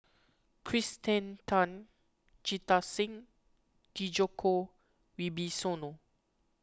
Kirsten Tan Jita Singh Djoko Wibisono